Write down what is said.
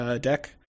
deck